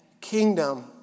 kingdom